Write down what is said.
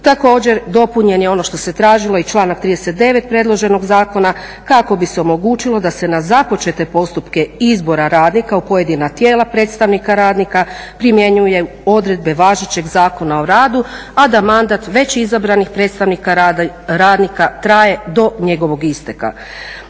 Također, dopunjen je ono što se tražilo i članak 39. predloženog zakona kako bi se omogućilo da se na započete postupke izbora radnika u pojedina tijela predstavnika radnika primjenjuju odredbe važećeg Zakona o radu a da mandat već izabranih predstavnika radnika traje do njegovog isteka.